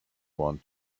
want